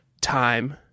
time